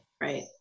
Right